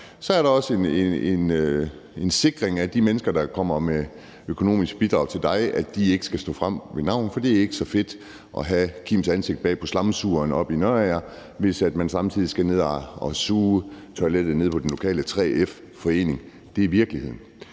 så er det også en sikring af de mennesker, der kommer med økonomiske bidrag til dig, at de ikke skal stå frem med navn – for det er ikke så fedt at have Kims ansigt bag på slamsugeren oppe i Nørager, hvis man samtidig skal ned at suge toilettet i den lokale 3F-forening. Det er virkeligheden.